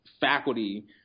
faculty